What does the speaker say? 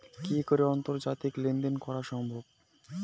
কি করে আন্তর্জাতিক লেনদেন করা সম্ভব?